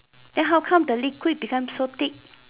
then how come the liquid become so thick